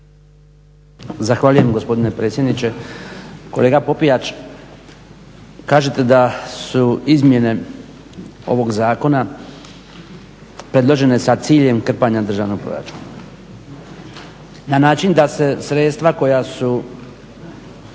Zahvaljujem gospodine predsjedniče. Kolega Popijač, kažete da su izmjene ovog zakona predložene sa ciljem krpanja državnog proračuna na način da se sredstva koja su